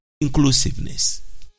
inclusiveness